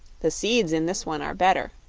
the seeds in this one are better,